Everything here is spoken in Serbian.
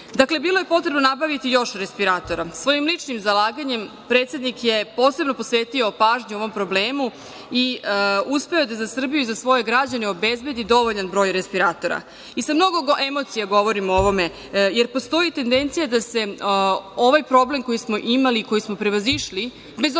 19.Dakle, bilo je potrebno nabaviti još respiratora. Svojim ličnim zalaganjem predsednik je posebno posvetio pažnju ovom problemu i uspeo je da za Srbiju i za svoje građane obezbedi dovoljan broj respiratora. Sa mnogo emocija govorim o ovome jer postoji tendencija da se ovaj problem koji smo imali i koji smo prevazišli, bez obzira